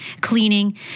cleaning